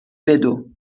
بدو